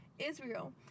Israel